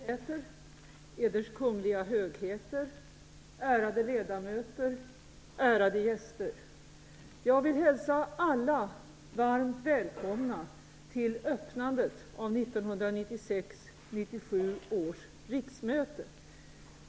Eders majestäter, Eders kungliga högheter, ärade ledamöter, ärade gäster! Jag vill hälsa alla varmt välkomna till öppnandet av 1996/97 års riksmöte.